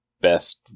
best